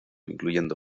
incluyendo